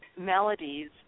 melodies